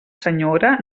senyora